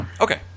Okay